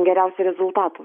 geriausių rezultatų